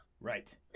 Right